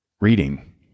reading